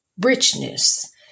richness